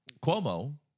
Cuomo